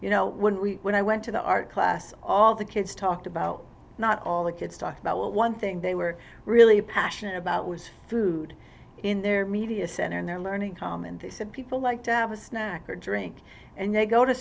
you know when we when i went to the art class all the kids talked about not all the kids talked about one thing they were really passionate about was food in their media center in their learning come in they said people like to have a snack or drink and they go to